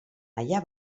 allà